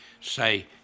say